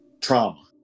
trauma